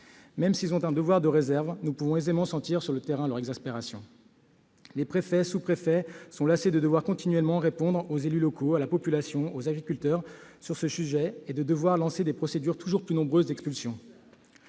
Même s'ils ont un devoir de réserve, nous pouvons aisément sentir, sur le terrain, leur exaspération. Les préfets et sous-préfets sont lassés de devoir continuellement répondre sur ce sujet aux élus locaux, à la population ou aux agriculteurs et de devoir lancer des procédures d'expulsion toujours plus nombreuses. Vous